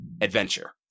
adventure